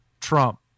Trump